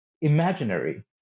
imaginary